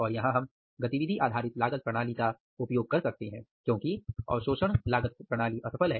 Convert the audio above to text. और यहां हम गतिविधि आधारित लागत प्रणाली का उपयोग कर सकते हैं क्योंकि अवशोषण लागत प्रणाली असफल है